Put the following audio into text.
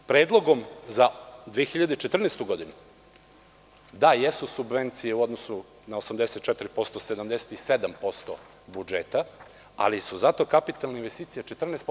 Predlogom za 2014. godinu, da jesu subvencije u odnosu na 84% sada 77% budžeta, ali su zato kapitalne investicije 14%